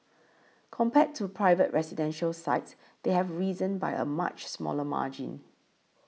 compared to private residential sites they have risen by a much smaller margin